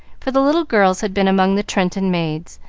for the little girls had been among the trenton maids,